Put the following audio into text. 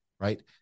Right